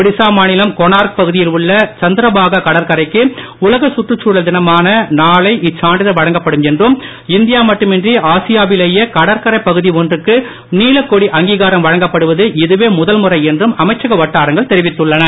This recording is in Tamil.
ஒடிசா மாநிலம் கொனார்க் பகுதியில் உள்ள சந்திரபாகா கடற்கரைக்கு உலக சுற்றுச்சூழல் தினமான நாளை இச்சான்றிதழ் வழங்கப்படும் என்றும் இந்தியா மட்டுமின்றி ஆசியாவிலேயே கடற்கரை பகுதி ஒன்றுக்கு நீலக்கொடி அங்கீ காரம் வழங்கப்படுவது இதுவே முதல்முறை என்றும் அமைச்சக வட்டாரங்கள் தெரிவித்துள்ளன